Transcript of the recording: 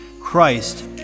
Christ